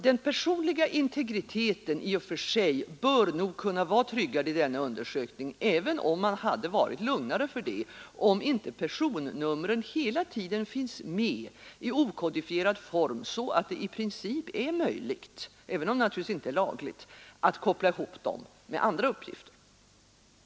Den personliga integriteten i och för sig bör nog kunna vara tryggad i denna undersökning, även om man hade varit lugnare för det om inte personnumren hela tiden finns med i okodifierad form, så att det i princip är möjligt — även om det naturligtvis inte är lagligt — att koppla ihop dem med andra uppgifter.